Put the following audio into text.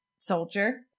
soldier